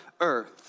earth